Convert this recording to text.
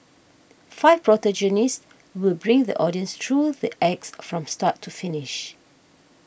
five protagonists will bring the audience through the acts from start to finish